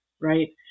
right